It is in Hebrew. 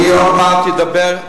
אני עוד מעט אדבר.